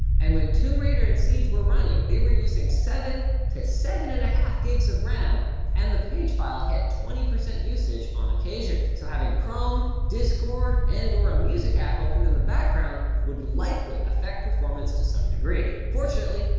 and when tomb raider and siege were running, they were using seven to seven one two gigs of ram and the page file hit twenty percent usage on occasion. so having chrome, discord, and or a music app open in the background would likely affect performance to some degree. fortunately,